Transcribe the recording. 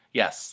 yes